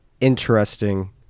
interesting